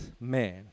man